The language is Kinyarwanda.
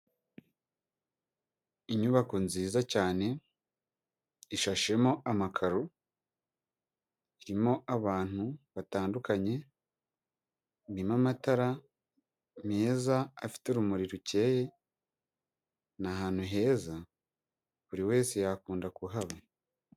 Inyubako nziza cyane ishashemo amakaro, irimo abantu batandukanye, irimo amatara meza afite urumuri rukeye, ni ahantu heza buri wese yakunda kuhaba.